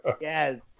Yes